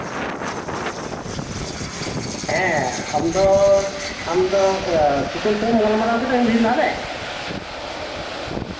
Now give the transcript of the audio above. ᱦᱮᱸ ᱟᱢ ᱫᱚ ᱟᱢ ᱫᱚ ᱥᱤᱠᱚᱞ ᱥᱟᱶᱮᱢ ᱜᱟᱞᱢᱟᱨᱟᱣ ᱠᱮᱫᱟ ᱤᱧ ᱠᱷᱚᱱ ᱞᱟᱦᱟ ᱨᱮ